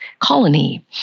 colony